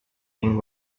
being